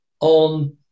on